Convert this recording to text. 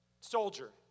soldier